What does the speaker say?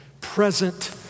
present